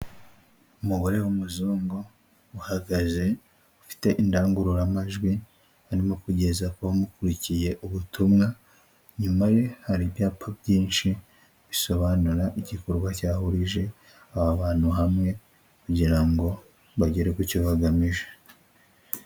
Umugore w'umuzungu, uhagaze ufite indangururamajwi arimo kugeza kubamukurikiye ubutumwa, inyuma ye hari ibyapa byinshi bisobanura igikorwa cyahurije aba bantu hamwe, kugira ngo bagere ku cyo bagamije.